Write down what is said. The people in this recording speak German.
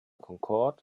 concorde